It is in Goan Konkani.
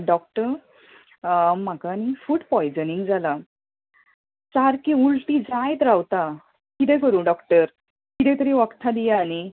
डॉक्टर म्हाका नी फुड पॉयजनींग जाला सारकी उल्टी जायत रावता कितें करूं डॉक्टर कितें तरी वखदां दिया नी